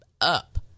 up